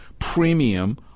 premium